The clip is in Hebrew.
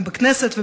גם בכנסת,